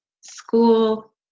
school